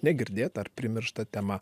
negirdėtą ar primirštą temą